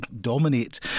dominate